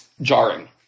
jarring